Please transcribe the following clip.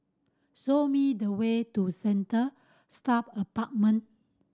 show me the way to Centre Staff Apartment